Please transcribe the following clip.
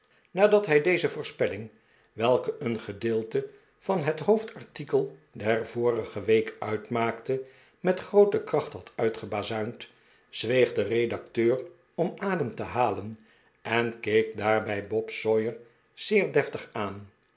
nadat hij deze voorspelling welke een gedeelte van een hoofdartikel der vorige week uitmaakte met groote kracht had uitgebazuind zweeg de redacteur om adem te halen en keek daarbij bob sawyer zeer deftig aan